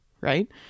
right